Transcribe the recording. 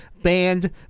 Banned